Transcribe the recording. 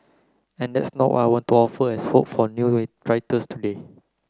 and that's no what I want to offer as hope for new today